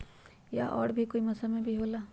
या और भी कोई मौसम मे भी होला?